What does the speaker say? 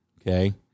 okay